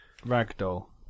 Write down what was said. Ragdoll